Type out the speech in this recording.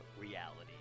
reality